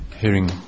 hearing